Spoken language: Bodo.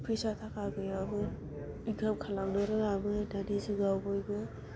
पैसा टाका गैयामोन इंकाम खालामनो रोङामोन दानि जुगाव बयबो